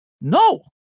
No